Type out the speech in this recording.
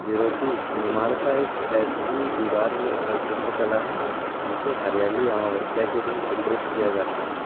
जिरोटी निर्माण का एक ऐसी दीवार चित्रकला है जिसे हरियाली अमावस्या के दिन चित्रित किया जाता है